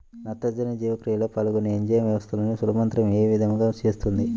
నత్రజని జీవక్రియలో పాల్గొనే ఎంజైమ్ వ్యవస్థలను సులభతరం ఏ విధముగా చేస్తుంది?